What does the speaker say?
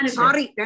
sorry